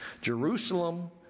Jerusalem